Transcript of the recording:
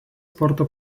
sporto